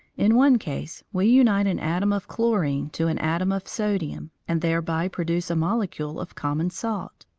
in one case we unite an atom of chlorine to an atom of sodium and thereby produce a molecule of common salt.